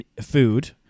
food